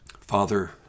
Father